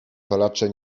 palacze